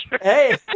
Hey